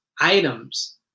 items